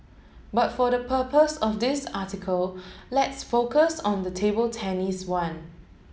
but for the purpose of this article let's focus on the table tennis one